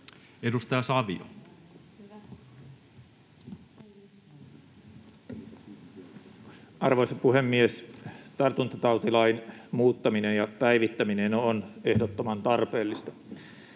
Content: Arvoisa puhemies! Tartuntatautilain muuttaminen ja päivittäminen on ehdottoman tarpeellista.